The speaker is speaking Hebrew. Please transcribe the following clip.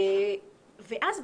ואז,